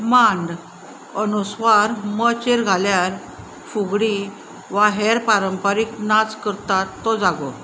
मांड अनुस्वार मचेर घाल्यार फुगडी वा हेर पारंपारीक नाच करतात तो जागो